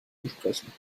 entsprechen